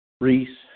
Reese